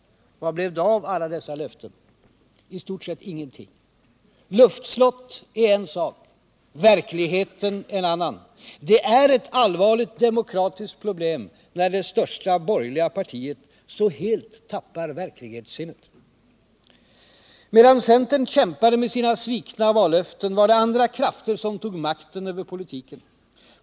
Vad blev det av alla dessa löften? I stort sett ingenting. Luftslott är en sak, verkligheten en annan. Det är ett allvarligt demokratiskt problem när det största borgerliga partiet så helt tappar verklighetssinnet. Medan centern kämpade med sina svikna vallöften var det andra krafter som tog makten över politiken.